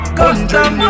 custom